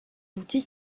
outils